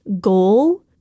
goal